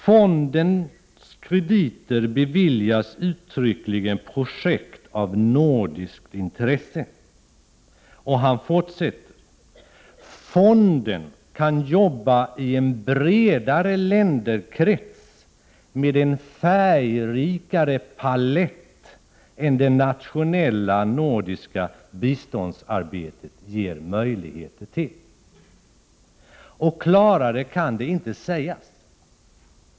Fondens krediter beviljas uttryckligen projekt av nordiskt intresse.” Han fortsätter: ”Fonden kan jobba i en bredare länderkrets — med en färgrikare palett — än det nationella nordiska biståndsarbetet ger möjligheter till.” Klarare kan det inte sägas.